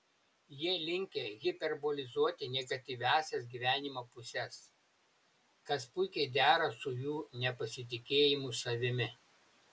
jie linkę hiperbolizuoti negatyviąsias gyvenimo puses kas puikiai dera su jų nepasitikėjimu savimi